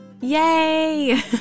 Yay